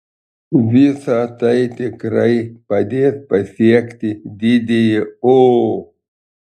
visa tai tikrai padės pasiekti didįjį o